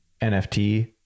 NFT